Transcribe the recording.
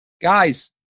guys